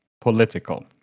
political